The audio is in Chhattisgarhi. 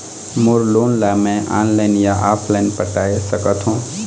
मोर लोन ला मैं ऑनलाइन या ऑफलाइन पटाए सकथों?